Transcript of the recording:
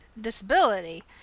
disability